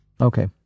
Okay